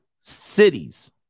cities